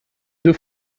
deux